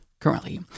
currently